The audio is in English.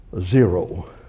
zero